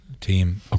team